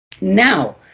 Now